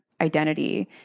identity